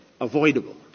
avoidable